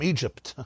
Egypt